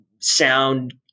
sound